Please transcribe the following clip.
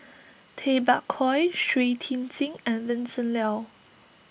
Tay Bak Koi Shui Tit Sing and Vincent Leow